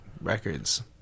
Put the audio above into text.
Records